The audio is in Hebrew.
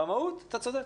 במהות, אתה צודק.